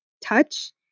touch